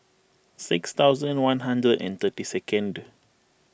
six thousand one hundred and thirty second two